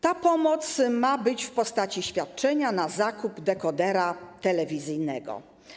Ta pomoc ma być w postaci świadczenia na zakup dekodera telewizyjnego.